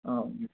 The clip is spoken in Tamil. ஆ ஓகே